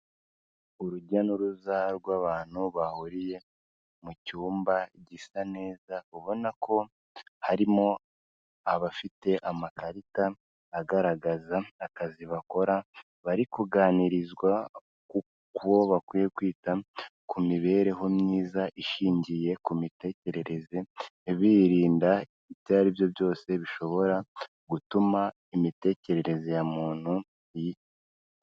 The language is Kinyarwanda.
Urujya n'uruza rw'abantu bahuriye mu cyumba gisa neza, ubona ko harimo abafite amakarita agaragaza akazi bakora, bari kuganirizwa kuko bakwiye kwita ku mibereho myiza ishingiye ku mitekerereze birinda ibyo aribyo byose bishobora gutuma imitekerereze ya muntu yitabwaho.